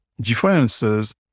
differences